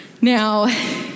Now